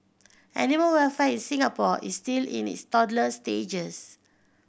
animal welfare in Singapore is still in its toddler stages